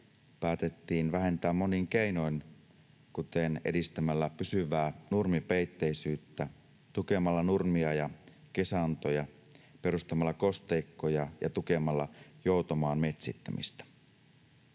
päätettiin vähentää monin keinoin, kuten edistämällä pysyvää nurmipeitteisyyttä tukemalla nurmia ja kesantoja, perustamalla kosteikkoja ja tukemalla joutomaan metsittämistä.